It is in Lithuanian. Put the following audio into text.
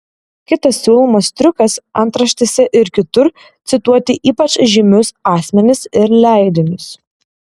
kitas siūlomas triukas antraštėse ir kitur cituoti ypač žymius asmenis ir leidinius